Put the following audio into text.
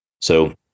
So-